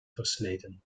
versleten